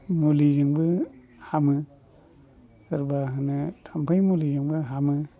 मुलिजोंबो हामो सोरबा होनो थाम्फै मुलिजोंबो हामो